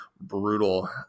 brutal